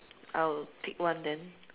I'll pick one then